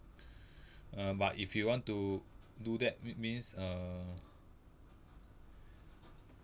err but if you want to do that me~ means err